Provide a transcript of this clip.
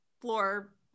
floor